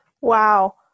Wow